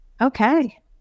Okay